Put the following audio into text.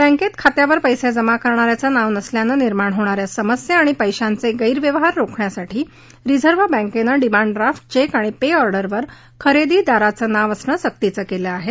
बँकेत खात्यावर पैसे जमा करणा याचं नाव नसल्यानं निर्माण होणा या समस्या आणि पैशाचे गैरव्यवहार रोखण्यासाठी रिझर्व बँकेनं डिमांड ड्राफ्ट चेक आणि पे ऑर्डरवर खरेदीदाराचं नाव असणं सक्तीचं केलं आहे